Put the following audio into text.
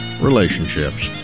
relationships